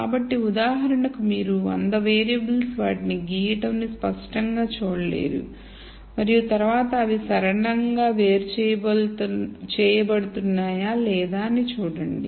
కాబట్టి ఉదాహరణకు మీరు వంద వేరియబుల్స్ వాటిని గీయడంని స్పష్టంగా చూడలేరు మరియు తరువాత అవి సరళంగా వేరు చేయబడుతున్నాయా లేదా అని చూడండి